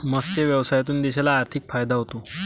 मत्स्य व्यवसायातून देशाला आर्थिक फायदा होतो